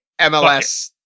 MLS